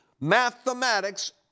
mathematics